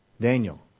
Daniel